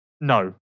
No